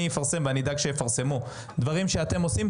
אני אפרסם ואני אדאג שיפרסמו דברים שאתם עושים.